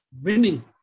winning